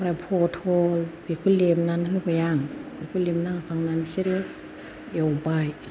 ओमफ्राय फथल बेखौ लेबनानै होबाय आं बिखौ लेबना होखांनानै बिसोरो एवबाय